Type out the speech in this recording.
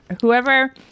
Whoever